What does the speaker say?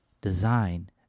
design